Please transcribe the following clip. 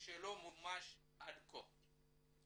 שלא מומש עד כה.